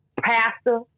pastor